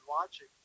watching